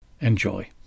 Enjoy